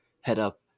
head-up